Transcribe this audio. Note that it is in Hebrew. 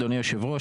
אדוני יושב הראש,